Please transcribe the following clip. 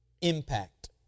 impact